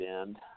end